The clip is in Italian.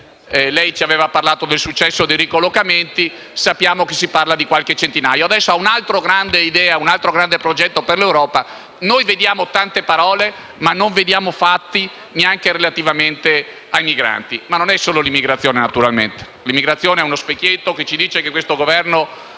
Lei ci ha parlato del successo dei ricollocamenti. Sappiamo che si parla di qualche centinaio. Adesso, ha un'altra grande idea e un altro grande progetto per l'Europa. Noi sentiamo tante parole, ma non vediamo fatti, neanche relativamente ai migranti. Ma il problema non è soltanto l'immigrazione, naturalmente. L'immigrazione è uno specchietto che rivela che questo Governo